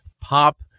pop